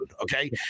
okay